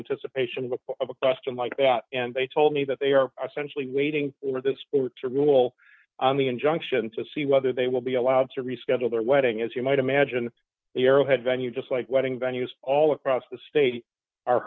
anticipation of a custom like that and they told me that they are essential in waiting for the speaker to rule on the injunction to see whether they will be allowed to reschedule their wedding as you might imagine the arrowhead venue just like wedding venue all across the state are